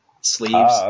sleeves